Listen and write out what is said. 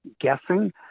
guessing